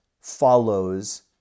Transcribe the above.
follows